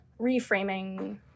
reframing